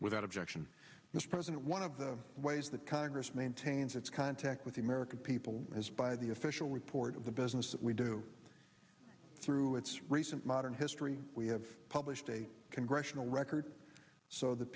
without objection mr president one of the ways that congress maintains its contact with the american people is by the official report of the business that we do through its recent modern history we have published a congressional record so that